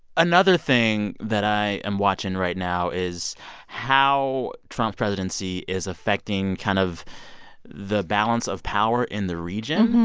another thing that i am watching right now is how trump's presidency is affecting kind of the balance of power in the region.